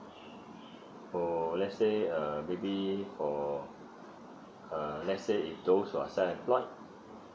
or let's say uh maybe for uh let's say if those who are self employed